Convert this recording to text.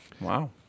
Wow